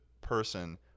person